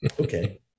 Okay